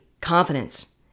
confidence